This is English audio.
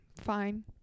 Fine